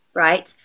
right